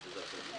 נגד,